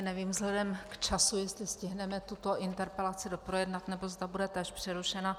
Nevím vzhledem k času, jestli stihneme tuto interpelaci doprojednat, nebo zda bude též přerušena.